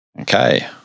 Okay